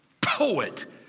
poet